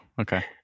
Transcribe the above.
Okay